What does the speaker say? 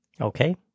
Okay